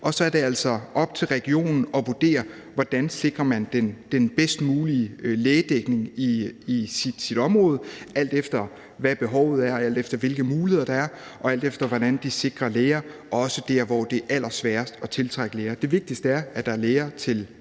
Og så er det altså op til regionen at vurdere, hvordan man sikrer den bedst mulige lægedækning i ens område, alt efter hvad behovet er, alt efter hvilke muligheder der er, og alt efter hvordan de sikrer læger, også der, hvor det er allersværest at tiltrække læger. Det vigtigste er, at der er læger til de